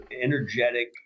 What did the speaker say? energetic